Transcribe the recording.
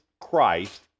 Christ